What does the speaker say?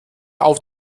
auf